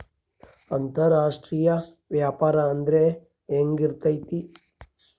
ಅಂತರಾಷ್ಟ್ರೇಯ ವ್ಯಾಪಾರ ಅಂದ್ರೆ ಹೆಂಗಿರ್ತೈತಿ?